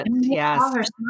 Yes